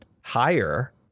higher